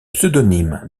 pseudonyme